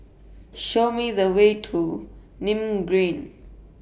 Show Me The Way to Nim Green